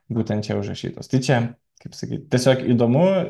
būtent čia užrašytos tai čia kaip sakyt tiesiog įdomu